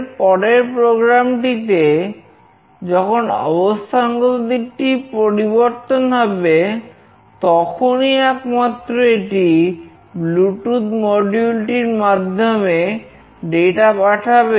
এর পরের প্রোগ্রাম পাঠাবে